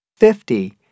fifty